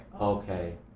okay